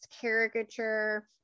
caricature